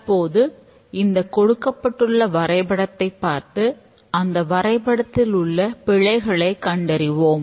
தற்போது இந்த கொடுக்கப்பட்டுள்ள வரைபடத்தை பார்த்து அந்த வரைபடத்தில் உள்ள பிழைகளைக் கண்டறிவோம்